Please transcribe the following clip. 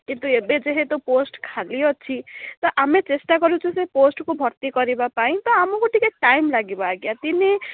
କିନ୍ତୁ ଏବେ ଯେହେତୁ ପୋଷ୍ଟ ଖାଲି ଅଛି ତ ଆମେ ଚେଷ୍ଟା କରୁଛୁ ସେ ପୋଷ୍ଟକୁ ଭର୍ତ୍ତି କରିବା ପାଇଁ ତ ଆମକୁ ଟିକିଏ ଟାଇମ୍ ଲାଗିବ ଆଜ୍ଞା ଦିନେ